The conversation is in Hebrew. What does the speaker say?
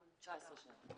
19 שנים.